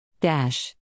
Dash